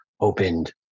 opened